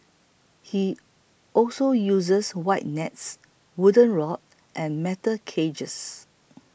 he also uses wide nets wooden rod and metal cages